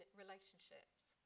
relationships